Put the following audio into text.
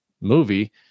movie